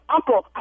Uncle